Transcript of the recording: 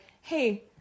hey